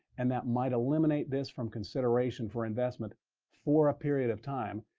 and that might eliminate this from consideration for investment for a period of time.